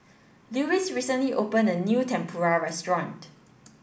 Lewis recently opened a new Tempura restaurant